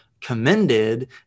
commended